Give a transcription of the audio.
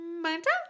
manta